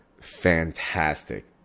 fantastic